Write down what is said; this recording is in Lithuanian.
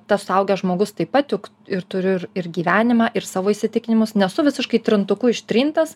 tas suaugęs žmogus taip pat juk ir turiu ir gyvenimą ir savo įsitikinimus nesu visiškai trintuku ištrintas